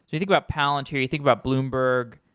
you think about palantir, you think about bloomberg,